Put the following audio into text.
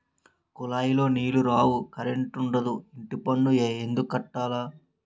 కులాయిలో నీలు రావు కరంటుండదు ఇంటిపన్ను ఎందుక్కట్టాల